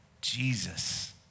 Jesus